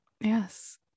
yes